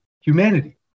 humanity